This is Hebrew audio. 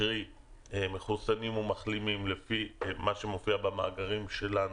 קרי מחוסנים או מחלימים לפי מה שמופיע במאגרים שלנו,